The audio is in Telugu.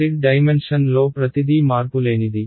Z డైమెన్షన్లో ప్రతిదీ మార్పులేనిది